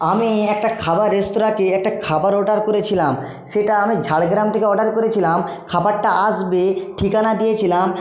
আমি একটা খাবার রেস্তোরাঁকে একটা খাবার অর্ডার করেছিলাম সেটা আমি ঝাড়গ্রাম থেকে অর্ডার করেছিলাম খাবারটা আসবে ঠিকানা দিয়েছিলাম